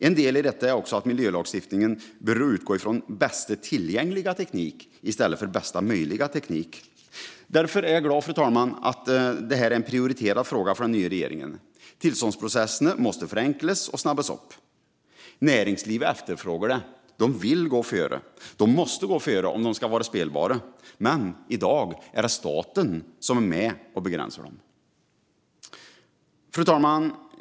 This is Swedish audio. En del i detta är också att miljölagstiftningen börjar utgå från bästa tillgängliga teknik i stället för bästa möjliga teknik. Därför är jag glad över att detta är en prioriterad fråga för den nya regeringen. Tillståndsprocesserna måste förenklas och snabbas upp. Näringslivet efterfrågar det. De vill gå före, och de måste gå före om de ska vara spelbara. Men i dag är det staten som begränsar dem. Fru talman!